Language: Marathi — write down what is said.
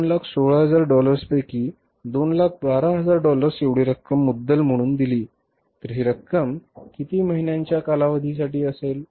आपण 216000 डॉलर्सपैकी 212000 डॉलर्स एवढी रक्कम मुद्दल म्हणून दिली तर हि रक्कम किती महिन्यांच्या कालावधीसाठी असेल